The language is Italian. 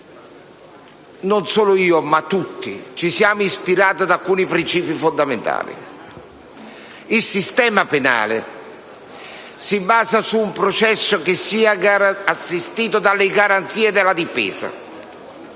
non solo io, ma tutti, ci siamo ispirati ad alcuni principi fondamentali. Il sistema penale si basa su un processo che sia assistito dalle garanzie della difesa